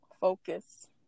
Focus